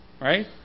right